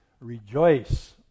Rejoice